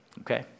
okay